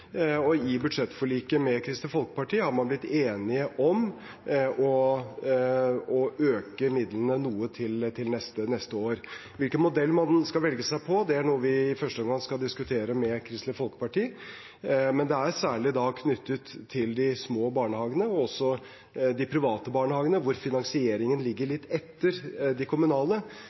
og i budsjettforliket med Kristelig Folkeparti har man blitt enige om å øke midlene noe til neste år. Hvilken modell man skal legge seg på, er noe vi i første omgang skal diskutere med Kristelig Folkeparti, men det er særlig knyttet til de små barnehagene og de private barnehagene, hvor finansieringen ligger litt etter de kommunale.